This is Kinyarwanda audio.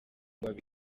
cyangwa